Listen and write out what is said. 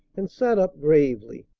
and sat up gravely.